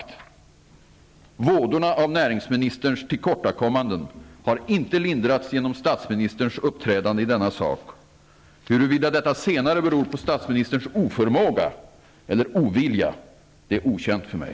Vådorna av näringsministerns tillkortakommanden har inte lindrats genom statsministerns uppträdande i denna sak. Huruvida detta senare beror på statsministerns oförmåga eller ovilja är okänt för mig.